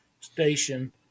station